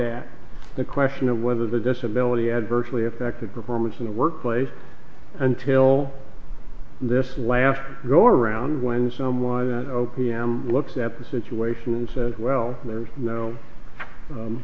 at the question of whether the disability adversely affected performance in the workplace until this last go around when someone that o p m looks at the situation and said well there's no